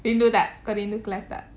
rindu tak kau rindu class tak